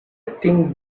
think